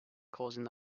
causing